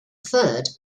third